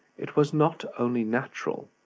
it was not only natural,